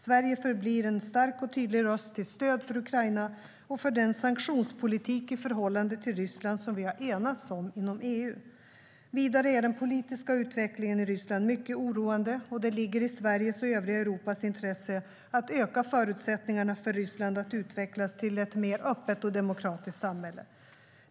Sverige förblir en stark och tydlig röst till stöd för Ukraina och för den sanktionspolitik i förhållande till Ryssland som vi har enats om inom EU. Vidare är den politiska utvecklingen i Ryssland mycket oroande, och det ligger i Sveriges och övriga Europas intresse att öka förutsättningarna för Ryssland att utvecklas till ett mer öppet och demokratiskt samhälle.